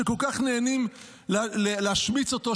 שכל כך נהנים להשמיץ אותו,